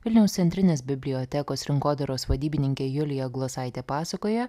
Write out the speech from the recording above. vilniaus centrinės bibliotekos rinkodaros vadybininkė julija glosaitė pasakoja